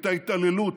את ההתעללות,